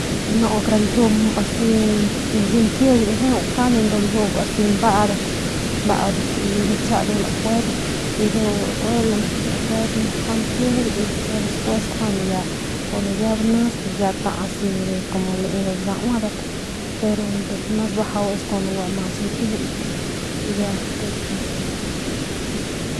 Lanu kara ljiu asi ñkijily njeu nkjuande asi mbaut mbaudat y bijiy xchja lajuet y ndu lajuet ñkijilat y ya despues kun ya banis ya ta asi ya lai dauadat mas bajau kun gua ñkijily ya pues.